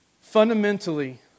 Fundamentally